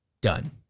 done